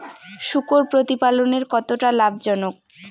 শূকর প্রতিপালনের কতটা লাভজনক?